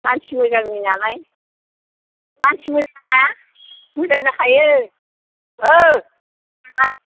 मानसि मोजांनि नालाय मानसि मोजाङा मोजां जाखायो दोनबाय